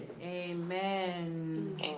Amen